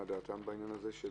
לשאול מה דעתם בעניין הזה?